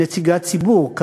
נציגת ציבור,